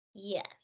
Yes